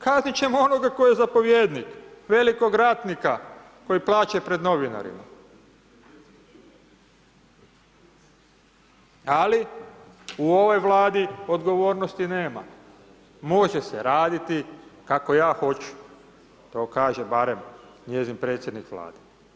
Kaznit ćemo onoga tko je zapovjednik, velikog ratnika koji plače pred novinarima, ali u ovoj Vladi odgovornosti nema, može se raditi kako ja hoću, to kaže barem njezin predsjednik Vlade.